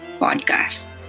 podcast